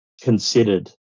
considered